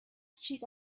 چیز